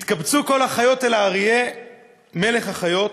התקבצו כל החיות אצל האריה מלך החיות